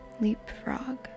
Leapfrog